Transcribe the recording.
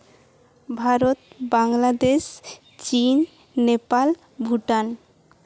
ᱵᱷᱟᱨᱚᱛ ᱵᱟᱝᱞᱟᱫᱮᱥ ᱪᱤᱱ ᱱᱮᱯᱟᱞ ᱵᱷᱩᱴᱟᱱ